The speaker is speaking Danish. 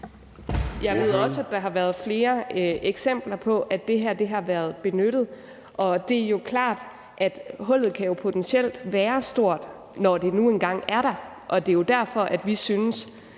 Jeg ved også, at der har været flere eksempler på, at det her har været benyttet. Det er jo klart, at hullet potentielt kan være stort, når det nu engang er der, og det er jo derfor, at vi som